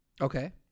Okay